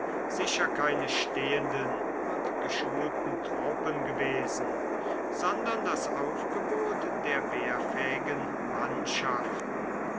sicher keine stehenden und geschulten truppen gewesen sondern das aufgebot der wehrfähigen mannschaften